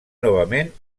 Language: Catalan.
novament